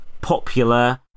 popular